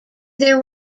there